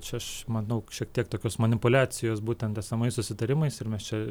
čia aš manau šiek tiek tokios manipuliacijos būtent esamais susitarimais ir mes čia